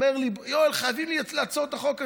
הוא אומר לי: יואל, חייבים לעצור את החוק הזה.